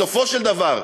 בסופו של דבר,